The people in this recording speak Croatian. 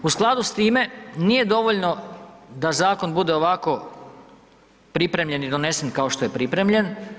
U skladu s time nije dovoljno da zakon bude ovako pripremljen i donesen kao što je pripremljen.